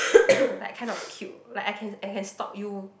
like kind of cute like I can I can stalk you